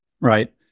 Right